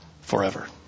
forever